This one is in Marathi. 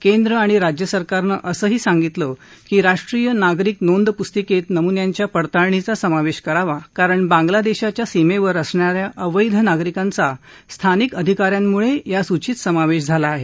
केंद्र आणि राज्यसरकारनं असंही सांगितलं की राष्ट्रीय नागरिक नोंद पुस्तिकेत नमुन्यांच्या पडताळणीचा समावेश करावा कारण बांग्लादेशाच्या सीमेवर असणाऱ्या अवैध नागरिकांचा स्थानिक अधिकाऱ्यांमुळे या सूचीत समावेश आहे